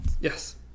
Yes